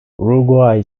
uruguay